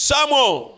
Samuel